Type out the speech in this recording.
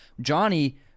Johnny